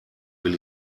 will